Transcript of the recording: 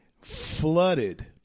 flooded